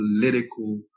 political